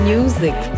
Music